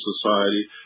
society